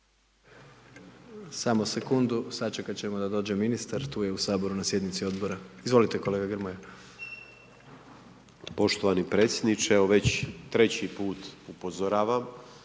Samo sekundu, sačekati ćemo da dođe ministar, tu je u Saboru na sjednici Odbora. Izvolite kolega Grmoja. **Grmoja, Nikola (MOST)** Poštovani predsjedniče, evo već treći put upozoravam